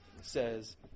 says